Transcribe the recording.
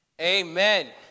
Amen